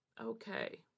Okay